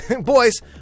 boys